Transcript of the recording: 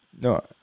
no